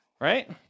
Right